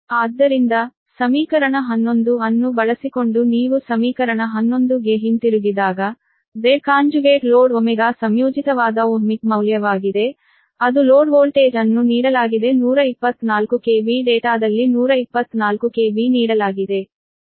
ಆದ್ದರಿಂದ ಸಮೀಕರಣ 11 ಅನ್ನು ಬಳಸಿಕೊಂಡು ನೀವು ಸಮೀಕರಣ 11 ಗೆ ಹಿಂತಿರುಗಿದಾಗ Zಲೋಡ್ Ω ಸಂಯೋಜಿತವಾದ ಓಹ್ಮಿಕ್ ಮೌಲ್ಯವಾಗಿದೆ ಅದು ಲೋಡ್ ವೋಲ್ಟೇಜ್ ಅನ್ನು ನೀಡಲಾಗಿದೆ 124 KV ಡೇಟಾದಲ್ಲಿ 124 KV ನೀಡಲಾಗಿದೆ